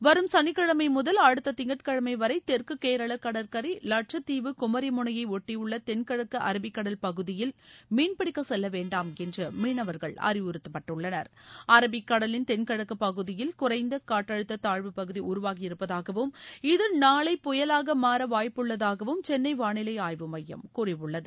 வரும் சனிக்கிழமை முதல் அடுத்த திங்கட்கிழமை வரை தெற்கு கேரள கடற்கரை வட்சத்தீவு குமரிமுனையை ஒட்டியுள்ள தெள்கிழக்கு அரபிக் கடல் பகுதியில் மீன்பிடிக்க செல்ல வேண்டாம் என்று மீனவர்கள் அறிவுறுத்தப்பட்டுள்ளனர் அரபிக் கடலின் தென்கிழக்குப் பகுதியில் குறைந்த காற்றழுத்தப் பகுதி உருவாகியிருப்பதாகவும் இது நாளை புயலாக மாற வாய்ப்புள்ளதாகவும் சென்னை வானிலை ஆய்வு மையம் கூறியுள்ளது